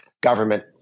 government